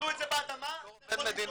תגדלו את זה באדמה -- בתור עובד מדינה